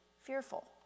fearful